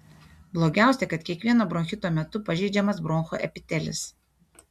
blogiausia kad kiekvieno bronchito metu pažeidžiamas bronchų epitelis